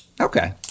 Okay